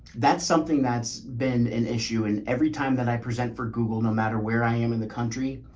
that's something that's been an issue in every time that i present for google. no matter where i am in the country,